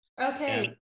Okay